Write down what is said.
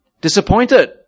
disappointed